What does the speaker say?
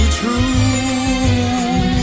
true